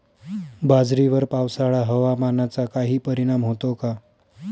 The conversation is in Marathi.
बाजरीवर पावसाळा हवामानाचा काही परिणाम होतो का?